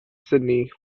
sydney